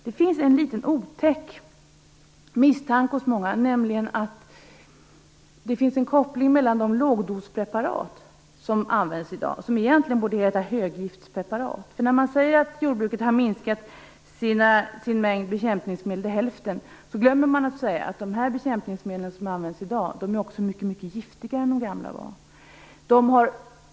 Det finns en liten, otäck misstanke hos många om att det finns en koppling till de lågdospreparat som används i dag och som egentligen borde heta höggiftspreparat. Man säger att den mängd bekämpningsmedel som används inom jordbruket har minskat till hälften. Men man glömmer att också säga att dagens bekämpningsmedel är mycket giftigare än de gamla var.